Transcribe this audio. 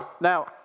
now